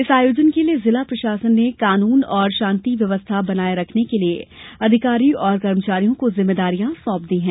इस आयोजन के लिए जिला प्रशासन ने कानून और शांति व्यवस्था बनाये रखने के लिए अधिकारीकर्मचारियों को जिम्मेदारियां सौंप दी है